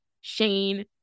Shane